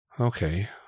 Okay